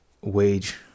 wage